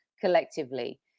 collectively